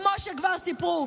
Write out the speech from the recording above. כמו שכבר סיפרו.